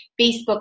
Facebook